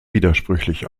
widersprüchlich